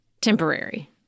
temporary